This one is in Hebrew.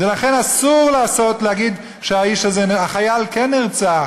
ולכן, אסור להגיד שהאיש הזה, החייל כן נרצח,